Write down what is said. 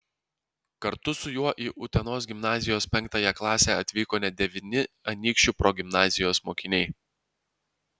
kartu su juo į utenos gimnazijos penktąją klasę atvyko net devyni anykščių progimnazijos mokiniai